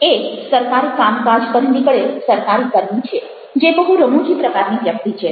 એ સરકારી કામકાજ પર નીકળેલ સરકારી કર્મી છે જે બહુ રમૂજી પ્રકારની વ્યક્તિ છે